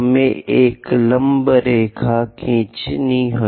हमें एक लंब रेखा खींचनी है